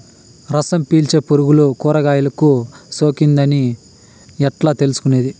రసం పీల్చే పులుగులు కూరగాయలు కు సోకింది అని ఎట్లా తెలుసుకునేది?